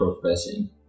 profession